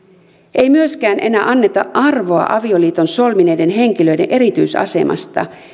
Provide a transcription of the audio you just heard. ei myöskään enää anneta arvoa avioliiton solmineiden henkilöiden erityisasemalle